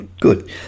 Good